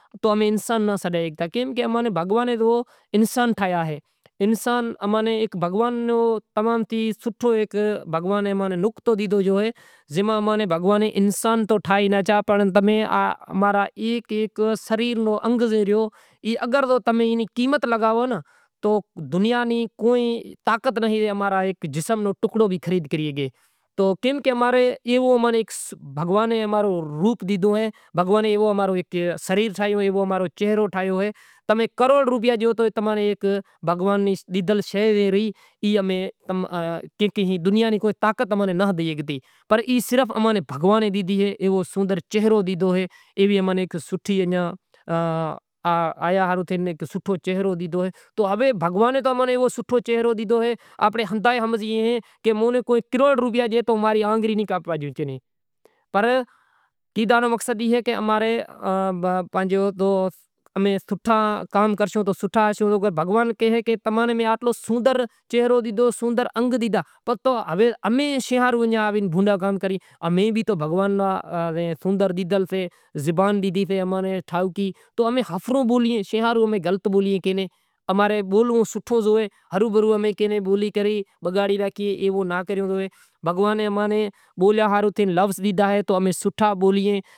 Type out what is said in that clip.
تو امیں انسان ناں سڈے امیں بھگوان امیں انسان ٹھایئا ایں انسان ایک بھگوان نو سوٹھو ہیک زے ماں امیں انسان تو ٹھائی لاشیا پر امیں امارا ایک ایک سریر نو انگ ریو ای رو اگر قیمت لگائو تو دنیا نی طاقت نتھی کہ اماں رے جسم نو ہیک ٹکڑو بھی خرید کرے شگیں۔ منجاں موہر تو سینکل نتھی تو پندھ زاوتو زاوتو تو اتارے شیکھے گیو موٹر سینکل لیوں ورے ویسوں گاڈی تو اینے کرے لے وڑے ویسوں تو بئے روپیا بسی زائیں، گاڈی لئے وڑے ویسوں، ویسے وڑے گراہک ایوا ایوا آویں تو اینو ڈیوی زائوں، چائیں چائیں گراہک نا فون آویں کہ ماں نے گاڈی لینڑی اے تو گاڈی ایئاں ناں بھی لیورائے ڈیوں۔ گاڈی لیوں بھی صحیح ویسوں بھی صحیح تو اینو کام اے تو ہوے گاڈی ناں کے بھی مسئلا اہیں، گاڈی نے کاگڑ میں کافی مسئلہ فالٹ ہوئیں تو چیک کرنڑو پڑے کہ چیم ہے چیم نہیں تو سیل لیٹر نو کام ہوئے تو گاڈی لیورائے بھی ڈیئے تو ویسرائے بھی ڈیئے۔ کو گاڈی وارے میں زڑے تو لیوں ری بئے روپیا اماں نیں بھی بسے زائیں۔ گاڈی صاف ستھری کرے